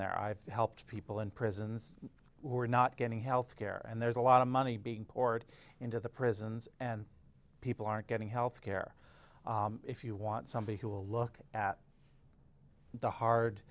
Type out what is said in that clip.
there i've helped people in prisons we're not getting health care and there's a lot of money being poured into the prisons and people aren't getting health care if you want somebody who will look at the hard